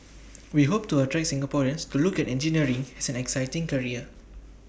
we hope to attract Singaporeans to look at engineering as an exciting career